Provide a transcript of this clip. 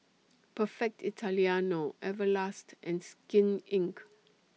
Perfect Italiano Everlast and Skin Inc